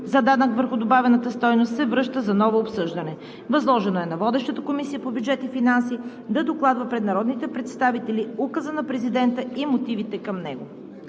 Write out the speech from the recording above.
за данък върху добавената стойност се връща за ново обсъждане. Възложено е на водещата Комисия по бюджет и финанси да докладва пред народните представители указа на президента и мотивите към него.